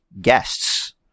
guests